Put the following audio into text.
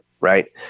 right